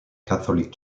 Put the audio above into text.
catholic